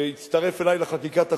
שהצטרף אלי לחקיקת החוק,